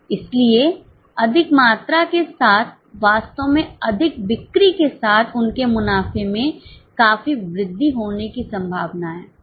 इसलिए अधिक मात्रा के साथवास्तव में अधिक बिक्री के साथ उनके मुनाफे में काफी वृद्धि होने की संभावना है